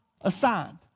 assigned